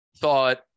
thought